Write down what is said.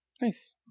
Nice